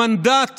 המנדט